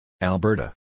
Alberta